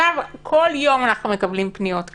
כל יום אנחנו מקבלים פניות כאלה.